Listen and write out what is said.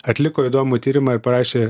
atliko įdomų tyrimą ir parašė